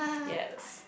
yes